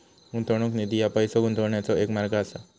गुंतवणूक निधी ह्या पैसो गुंतवण्याचो एक मार्ग असा